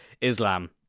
Islam